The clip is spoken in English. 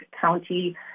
County